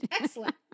Excellent